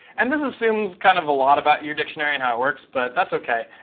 and this assumes kind of a lot about your dictionary and how it works, but that's ok.